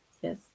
yes